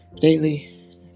daily